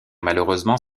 malheureusement